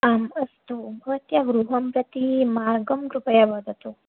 आम् अस्तु भवत्याः गृहं प्रति मार्गं कृपया वदतु